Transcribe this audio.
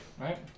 right